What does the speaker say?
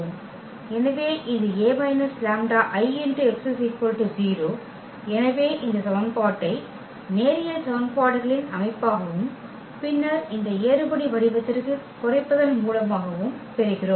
எனவே இது A − λIx 0 எனவே இந்த சமன்பாட்டை நேரியல் சமன்பாடுகளின் அமைப்பாகவும் பின்னர் இந்த ஏறுபடி வடிவத்திற்குக் குறைப்பதன் மூலமாகவும் பெறுகிறோம்